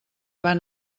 van